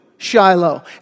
Shiloh